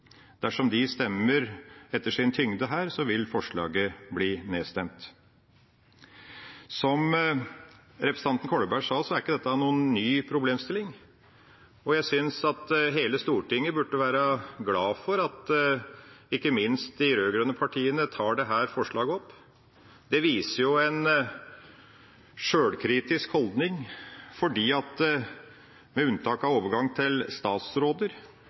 Dersom de stemmer etter sin tyngde her, vil forslaget bli nedstemt. Som representanten Kolberg sa, er ikke dette noen ny problemstilling, og jeg syns at hele Stortinget ikke minst burde være glad for at de rød-grønne partiene tar opp dette forslaget. Det viser jo en sjølkritisk holdning, for med unntak av overgang til statsråder